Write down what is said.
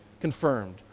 confirmed